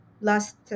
last